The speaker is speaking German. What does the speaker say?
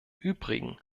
übrigen